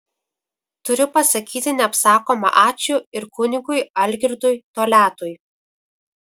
turiu pasakyti neapsakoma ačiū ir kunigui algirdui toliatui